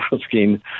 asking